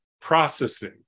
processing